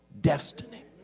destiny